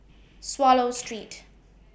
Swallow Street